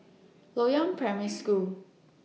Loyang Primary School